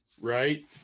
right